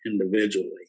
individually